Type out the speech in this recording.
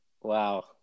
Wow